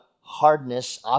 hardness